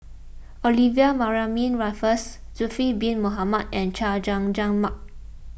Olivia Mariamne Raffles Zulkifli Bin Mohamed and Chay Jung Jun Mark